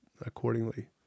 accordingly